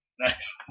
Nice